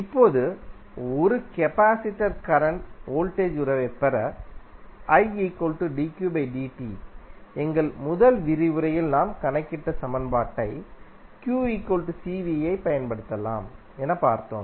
இப்போது ஒரு capacitor current voltage உறவைப் பெற எங்கள் முதல் விரிவுரையில் நாம் கணக்கிட்டசமன்பாட்டைப் பயன்படுத்தலாம் என பார்த்தோம்